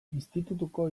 institutuko